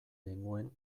nengoen